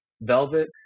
Velvet